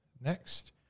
next